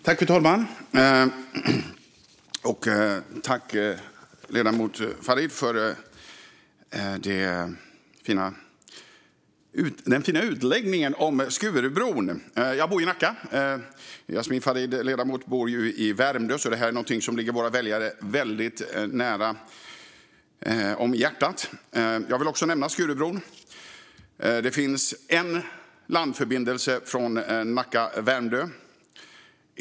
Fru talman! Tack, ledamoten Farid, för den fina utläggningen om Skurubron. Jag bor i Nacka. Ledamoten Jasmin Farid bor i Värmdö, så det här är någonting som ligger våra väljare väldigt nära om hjärtat. Jag vill också nämna Skurubron. Det finns en landförbindelse från Nacka och Värmdö.